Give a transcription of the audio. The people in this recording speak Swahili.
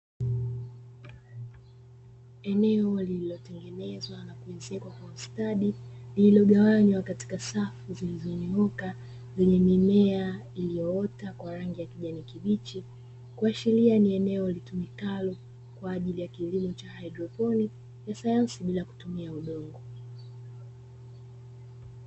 Eneo lililo tengenezwa na kuezekwa kwa ustadi, liliogawanywa katika safu zilizonyooka, yenye mimea iliyoota kwa rangi ya kijani kibichi, kuashiria ni eneo litumikalo kwa ajili ya kilimo cha haidroponi ya sayansi bila kutumia udongo.